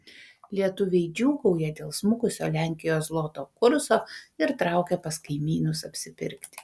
lietuviai džiūgauja dėl smukusio lenkijos zloto kurso ir traukia pas kaimynus apsipirkti